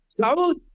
Saud